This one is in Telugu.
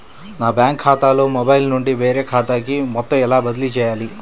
నా బ్యాంక్ ఖాతాలో మొబైల్ నుండి వేరే ఖాతాకి మొత్తం ఎలా బదిలీ చేయాలి?